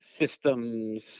systems